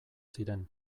ziren